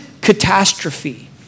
catastrophe